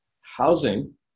Housing